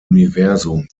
universum